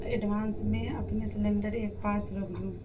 advance میں اپنا cylinder ایک پاس رکھ لوں